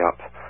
up